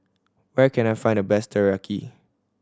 where can I find the best Teriyaki